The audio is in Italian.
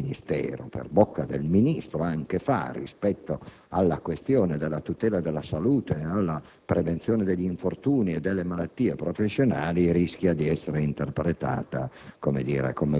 lavoro, per bocca anche del Ministro, fa rispetto alle questioni della tutela della salute, della prevenzione degli infortuni e delle malattie professionali, che rischiano di essere interpretate come